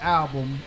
album